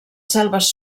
selves